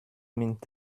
mit